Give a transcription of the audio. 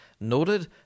noted